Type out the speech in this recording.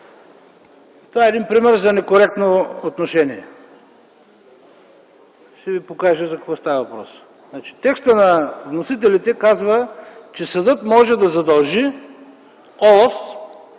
Това е един пример за некоректно отношение. Ще ви кажа за какво става въпрос. Текстът на вносителите казва, че съдът може да задължи ОЛАФ